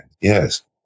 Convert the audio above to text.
Yes